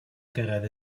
gyrraedd